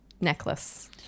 necklace